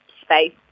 space